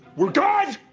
well god